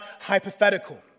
hypothetical